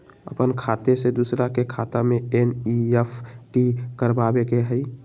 अपन खाते से दूसरा के खाता में एन.ई.एफ.टी करवावे के हई?